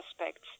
aspects